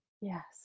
Yes